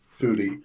foodie